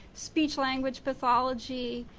speech language pathology,